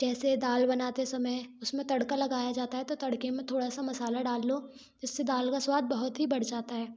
जैसे दाल बनाते समय उसमें तड़का लगाया जाता है तो तड़के में थोड़ा सा मसाला डाल लो जिससे दाल का स्वाद बहुत ही बढ़ जाता है